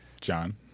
John